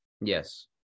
yes